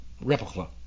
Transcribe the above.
Replica